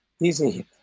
easy